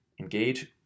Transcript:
engage